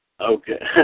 Okay